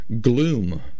Gloom